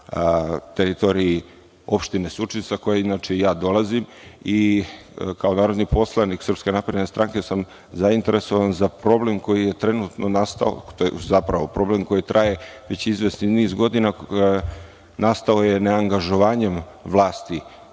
teritoriji opštine Surčin iz koje inače ja dolazim i kao narodni poslanik SNS sam zainteresovan za problem koji je trenutno nastao. Zapravo, problem koji traje već izvesni niz godina nastao je ne angažovanjem vlasti